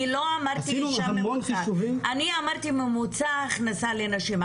לא אמרתי אישה ממוצעת, אלא ממוצע הכנסה לנשים.